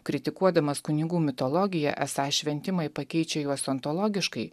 kritikuodamas kunigų mitologiją esą šventimai pakeičia juos ontologiškai